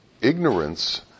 Ignorance